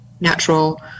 natural